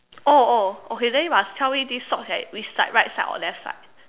oh oh okay then you must tell me this socks at which side right side or left side